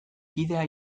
kidea